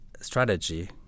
strategy